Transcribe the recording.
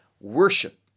Worship